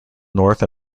north